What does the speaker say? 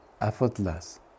effortless